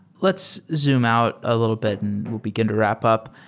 let's zoom out a little bit and we'll begin to wrap up.